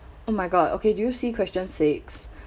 oh my god okay do you see question six